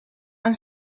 aan